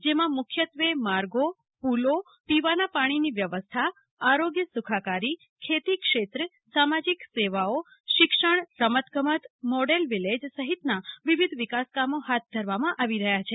જેમાં મુખ્યત્વે માર્ગો પુલો પીવાના પાણીની વ્યવસ્થા આરોગ્ય સુખાકારી ખેતી ક્ષેત્ર સામાજિક સેવાઓ શિક્ષણરમતગમત મોડલ વિલેજ સફિતના વિવિધ વિકાસકામો ફાથ ધરવામાં આવી રફયા છે